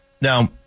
now